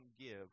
give